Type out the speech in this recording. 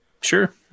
sure